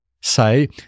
say